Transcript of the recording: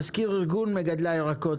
מזכיר ארגון מגדלי הירקות,